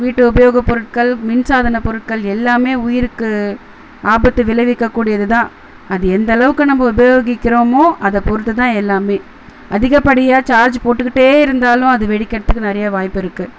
வீட்டு உபயோகப்பொருட்கள் மின் சாதன பொருட்கள் எல்லாமே உயிருக்கு ஆபத்து விளைவிக்க கூடியது தான் அது எந்த அளவுக்கு நம்ப உபயோகிக்கிறமோ அதை பொறுத்து தான் எல்லாமே அதிகப்படியாக சார்ஜ் போட்டுக்கிட்டே இருந்தாலும் அது வெடிக்கிறத்துக்கு நிறையா வாய்ப்பு இருக்குது